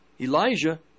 Elijah